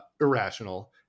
irrational